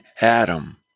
Adam